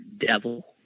devil